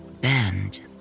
Bend